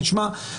נשמע,